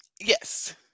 yes